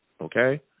okay